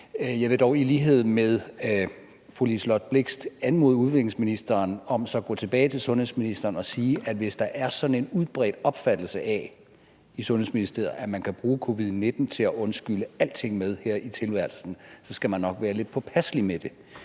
jeg vil dog i lighed med fru Liselott Blixt anmode udviklingsministeren om at gå tilbage til sundhedsministeren og sige, at hvis der er sådan en udbredt opfattelse i Sundhedsministeriet af, at man kan bruge covid-19 til at undskylde alting med her i tilværelsen, så skal man nok være lidt påpasselig med det,